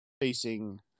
facing